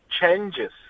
changes